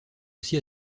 aussi